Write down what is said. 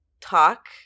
talk